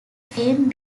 frame